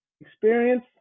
experience